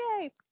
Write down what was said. yay